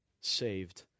saved